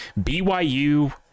BYU